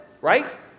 right